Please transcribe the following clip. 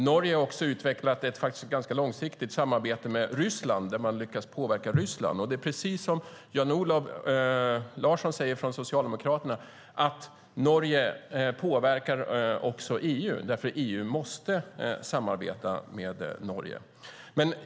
Norge har också utvecklat ett ganska långsiktigt samarbete med Ryssland där man lyckas påverka Ryssland, och det är precis som Jan-Olof Larsson från Socialdemokraterna säger: Norge påverkar också EU, därför att EU måste samarbeta med Norge.